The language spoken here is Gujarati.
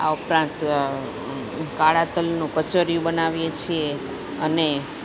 આ ઉપરાંત કાળા તલનો કચરિયું બનાવીએ છીએ અને